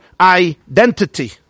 identity